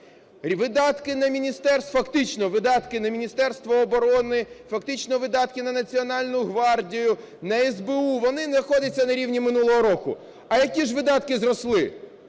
видатки на Міністерство оборони, фактично видатки на Національну гвардію, на СБУ вони находяться на рівні минулого року. А які ж видатки зросли?